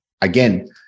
again